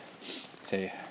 Say